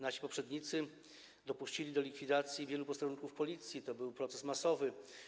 Nasi poprzednicy dopuścili do likwidacji wielu posterunków Policji i to był proces masowy.